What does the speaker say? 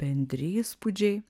bendri įspūdžiai